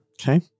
Okay